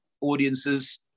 audiences